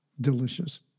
delicious